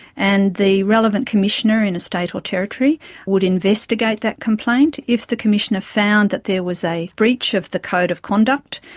and the relevant commissioner in a state or territory would investigate that complaint. if the commissioner found that there was a breach of the code of conduct,